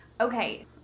Okay